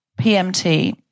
PMT